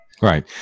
Right